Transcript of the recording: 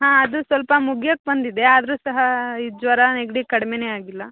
ಹಾಂ ಅದು ಸ್ವಲ್ಪ ಮುಗಿಯೋಕ್ಕೆ ಬಂದಿದೆ ಆದರೂ ಸಹ ಇದು ಜ್ವರ ನೆಗಡಿ ಕಡಿಮೆನೆ ಆಗಿಲ್ಲ